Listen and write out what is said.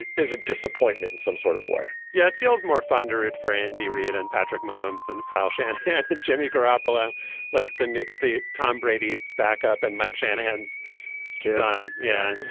is a disappointment and some sort of way yeah, it feels more fun to it for andy reid and patrick mahomes than kyle shanahan and jimmy garoppolo like than the tom brady's backup and mike shanahan's on. yeah.